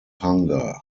hunger